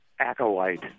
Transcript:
acolyte